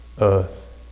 earth